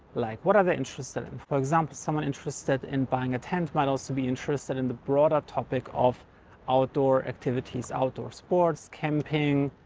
like what are they interested in? for example, someone interested in buying a tent might also be interested in the broader topic of outdoor activities, outdoor sports, camping,